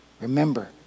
remember